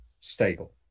stable